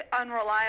unreliable